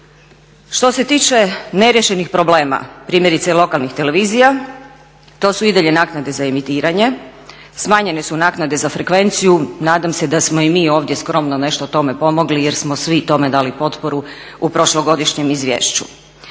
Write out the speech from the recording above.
Što se tiče neriješenih problema, primjerice lokalnih televizija, to su i dalje naknade za emitiranje, smanjenje su naknade za frekvenciju, nadam se da smo i mi ovdje skromno nešto tome pomogli jer smo svi tome dali potporu u prošlogodišnjem izvješću.